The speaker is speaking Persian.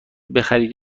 بخرید